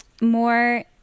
more